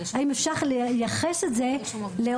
האם אפשר לייחס את זה לאובדנות.